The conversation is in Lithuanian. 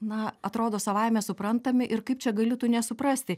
na atrodo savaime suprantami ir kaip čia gali tu nesuprasti